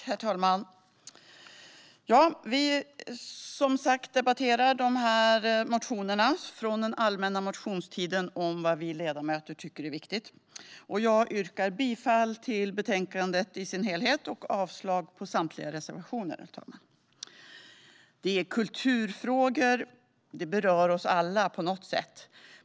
Herr talman! Vi debatterar motioner från den allmänna motionstiden om vad vi ledamöter tycker är viktigt. Jag yrkar bifall till förslaget i betänkandet och avslag på samtliga reservationer, herr talman. Kulturfrågor berör oss alla på något sätt.